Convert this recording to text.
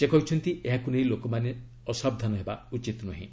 ସେ କହିଛନ୍ତି ଏହାକୁ ନେଇ ଲୋକମାନେ ଅସାବଧାନ ହେବା ଉଚିତ୍ ନୁହେଁ